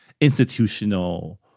institutional